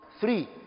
Three